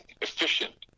efficient